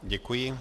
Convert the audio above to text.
Děkuji.